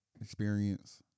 experience